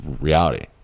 reality